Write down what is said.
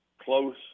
close